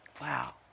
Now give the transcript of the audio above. Wow